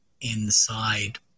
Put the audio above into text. inside